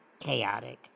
chaotic